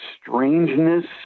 strangeness